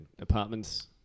apartments